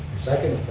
second